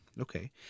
Okay